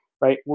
right